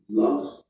lost